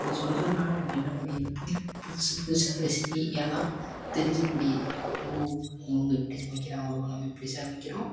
இதை சொல்கிறதுனால நம்ம என்ன பண்ணி இது புதி புதுசு புதுசாக ரெசிபி எல்லாம் தெரிஞ்சுக்க முடியுது ஓ இவங்க இப்படி சமைக்கிறாங்களோ நம்ம இப்படி சமைக்கிறோம்